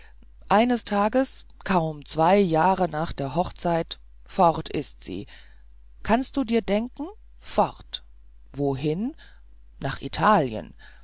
eines tages kaum zwei jahre nach der hochzeit fort ist sie kannst du dir denken fort wohin nach italien